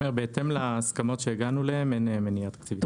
בהתאם להסכמות שהגענו אליהן אין מניעה תקציבית.